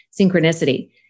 synchronicity